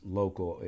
local